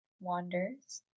wanders